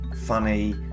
funny